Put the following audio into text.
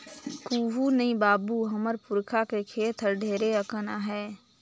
कुहू नइ बाबू, हमर पुरखा के खेत हर ढेरे अकन आहे